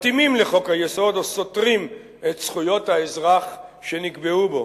מתאימים לחוק-היסוד או סותרים את זכויות האזרח שנקבעו בו.